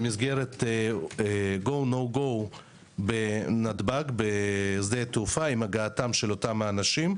במסגרת גו נו גו בנתב"ג עם הגעת אותם אנשים,